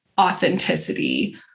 authenticity